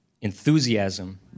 enthusiasm